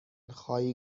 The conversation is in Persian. خواهی